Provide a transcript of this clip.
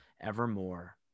evermore